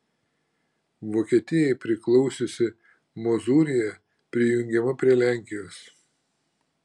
vokietijai priklausiusi mozūrija prijungiama prie lenkijos